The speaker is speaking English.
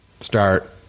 start